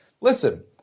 listen